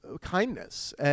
kindness